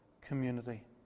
community